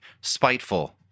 spiteful